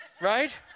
right